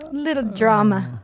little drama.